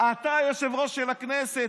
אתה היושב-ראש של הכנסת,